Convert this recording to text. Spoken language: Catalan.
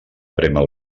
prémer